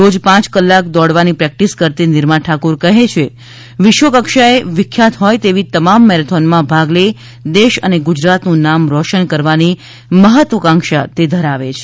રોજ પાંચ કલાક દોડવાની પ્રકટીસ કરતી નિરમા ઠાકોર કહે છે કે વિશ્વ કક્ષાએ વિખ્યાત હોય તેવી તમામ મેરેથોનમાં ભાગ લઈ દેશ અને ગુજરાતનું નામ રોશન કરવાની મહત્વકાંક્ષા તે ધરાવે છે